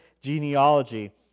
genealogy